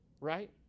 Right